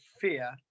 fear